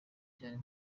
cyane